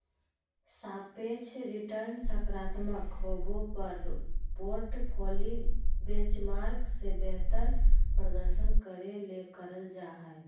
सापेक्ष रिटर्नसकारात्मक होबो पर पोर्टफोली बेंचमार्क से बेहतर प्रदर्शन करे ले करल जा हइ